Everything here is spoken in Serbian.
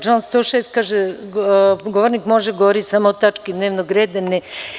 Član 106. kaže: „govornik može da govori samo o tački dnevnog reda“